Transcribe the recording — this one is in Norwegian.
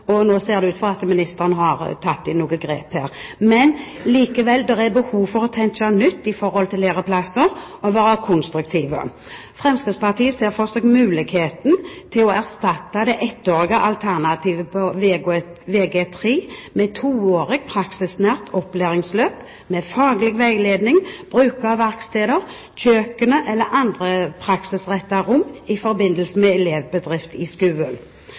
Nå ser det ut for at ministeren har tatt noen grep her. Men likevel er det behov for å tenke nytt i forhold til læreplasser og å være konstruktive. Fremskrittspartiet ser for seg muligheten til å erstatte det ettårige alternativet på Vg3 med et toårig praksisnært opplæringsløp med faglig veiledning, bruke verksteder – kjøkkenet eller andre praksisrettede rom – i forbindelse med elevbedrift i